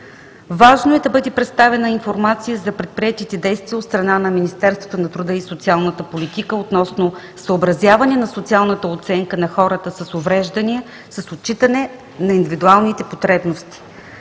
Важно е да бъде представена информация за предприетите действия от страна на Министерството на труда и социалната политика относно съобразяване на социалната оценка на хората с увреждания с отчитане на индивидуалните потребности,